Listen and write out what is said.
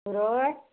सुरय